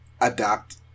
adapt